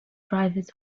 drivers